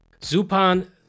Zupan